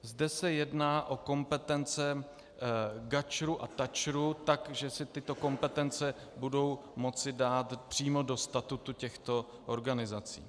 Zde se jedná o kompetence GA ČR a TA ČR tak, že si tyto kompetence budou moci dát přímo do statutu těchto organizací.